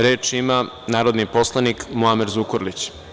Reč ima narodni poslanik Muamer Zukorlić.